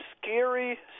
scary